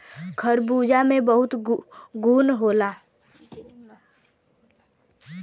खरबूजा में बहुत गुन होला